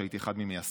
שהייתי אחד ממייסדיו.